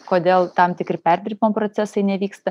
kodėl tam tikri perdirbimo procesai nevyksta